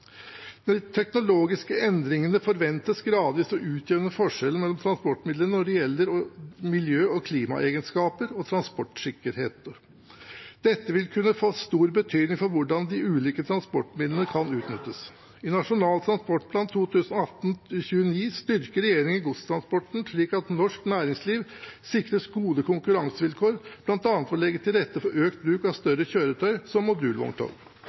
De teknologiske endringene forventes gradvis å utjevne forskjellene mellom transportmidlene når det gjelder miljø- og klimaegenskaper og transportsikkerhet. Dette vil kunne få stor betydning for hvordan de ulike transportmidlene kan utnyttes. I Nasjonal transportplan 2018–2029 styrker regjeringen godstransporten slik at norsk næringsliv sikres gode konkurransevilkår, bl.a. ved å legge til rette for økt bruk av større kjøretøy som modulvogntog.